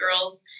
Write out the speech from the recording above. girls